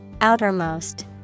Outermost